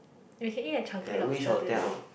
you can eat a chunky lobster today